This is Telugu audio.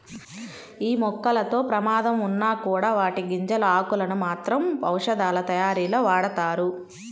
యీ మొక్కలతో ప్రమాదం ఉన్నా కూడా వాటి గింజలు, ఆకులను మాత్రం ఔషధాలతయారీలో వాడతారు